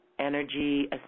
Energy